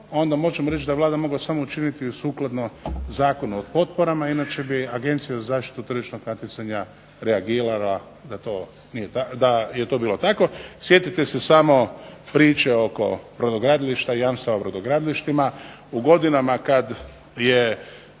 onda možemo reći da je Vlada samo mogla u činiti sukladno Zakonu o potporama inače bi Agencija za zaštitu tržišnog natjecanja reagirala da je to bilo tako. Sjetite se samo priče o brodogradilištima i jamstvima za brodogradilišta u godinama kada je